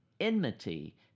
enmity